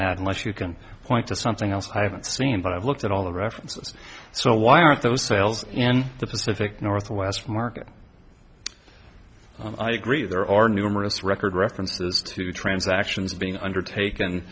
that unless you can point to something else i haven't seen but i've looked at all the references so why aren't those sales in the pacific northwest market i agree there are numerous record references to transactions being undertak